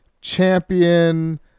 champion